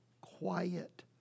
quiet